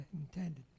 intended